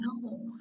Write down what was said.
No